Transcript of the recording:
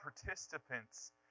participants